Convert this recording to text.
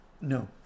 No